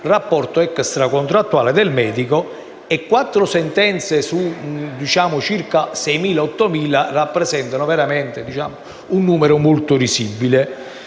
del rapporto extra contrattuale del medico. Quattro sentenze su circa 6.000/8.000 rappresentano un numero davvero risibile.